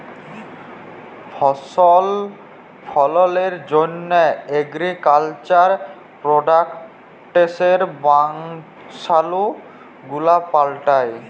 ফসল ফললের জন্হ এগ্রিকালচার প্রডাক্টসের বংশালু গুলা পাল্টাই